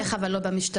מה כוונתך לא במשטרה?